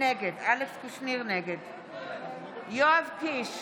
נגד יואב קיש,